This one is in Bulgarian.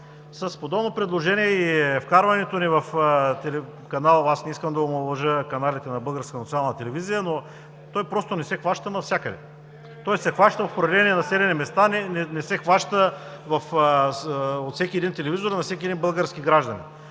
С подобно предложение и вкарването ни в БНТ 2… Аз не искам да омаловажа каналите на Българската национална телевизия, но БНТ 2 не се хваща навсякъде. Той се хваща в определени населени места, но не се хваща от всеки телевизор, от всеки български гражданин.